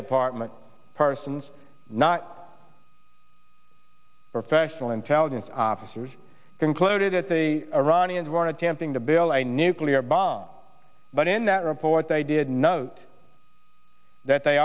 department persons not professional intelligence officers concluded at the the iranians one attempting to build a nuclear bomb but in that report i did note that they